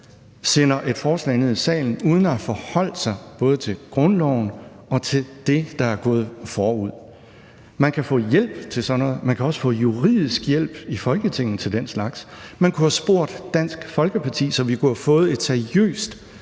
sender et forslag ned i salen uden at have forholdt sig både til grundloven og til det, der er gået forud. Man kan få hjælp til sådan noget. Man kan også få juridisk hjælp i Folketinget til den slags. Man kunne have spurgt Dansk Folkeparti, så vi kunne have fået et seriøst